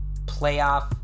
playoff